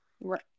Right